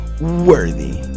worthy